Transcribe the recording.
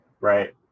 Right